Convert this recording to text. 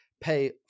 pay